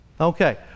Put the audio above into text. Okay